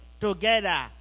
together